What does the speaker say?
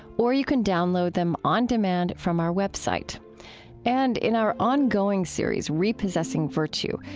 or you can download them on demand from our web site and in our ongoing series, repossessing virtue,